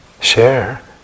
share